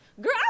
Girl